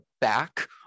back